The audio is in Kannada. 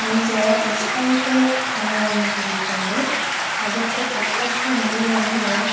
ಮುಂಚೆ ಎಷ್ಟೈತೆ ಎಂಬುದನ್ನು ತಿಳಿದುಕೊಂಡು ಅದಕ್ಕೆ ತಕ್ಕಷ್ಟು ನೀರನ್ನು